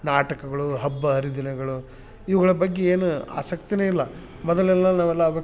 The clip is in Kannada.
ನಾಟಕಗಳು ಹಬ್ಬ ಹರಿದಿನಗಳು ಇವುಗಳ ಬಗ್ಗೆ ಏನು ಆಸಕ್ತಿನೇ ಇಲ್ಲ ಮೊದಲೆಲ್ಲ ನಾವೆಲ್ಲಾ ಒಟ್ಟು